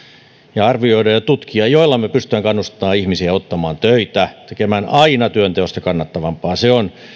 ja arvioida ja tutkia tämäntyyppisiä asioita joilla me pystymme kannustamaan ihmisiä ottamaan töitä tekemään aina työnteosta kannattavampaa se on